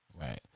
Right